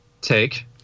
take